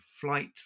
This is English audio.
Flight